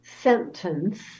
sentence